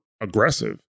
aggressive